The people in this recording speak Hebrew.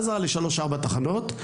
עזר ל 3-4 תחנות,